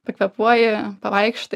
pakvėpuoji pavaikštai